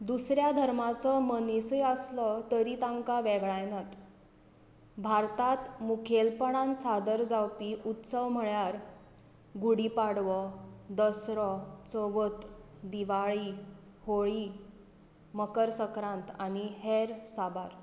दुसऱ्या धर्माचो मनीसूय आसलो तरी तांकां वेगळायनात भारतांत मुखेलपणान सादर जावपी उत्सव म्हळ्यार गुढी पाडवो दसरो चवथ दिवाळी होळी मकर सक्रांत आनी हेर साबार